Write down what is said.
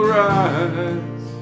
rise